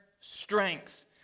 strength